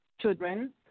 children